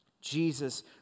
Jesus